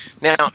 Now